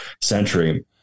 century